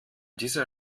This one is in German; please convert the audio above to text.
dieser